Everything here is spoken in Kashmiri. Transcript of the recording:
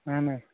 اَہن حظ